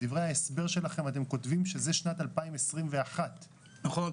בדברי ההסבר שלכם אתם כותבים שזאת שנת 2021. נכון,